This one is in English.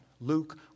Luke